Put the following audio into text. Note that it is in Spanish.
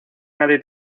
nadie